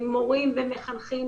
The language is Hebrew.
מורים ומחנכים.